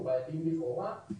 או בעייתיים לכאורה.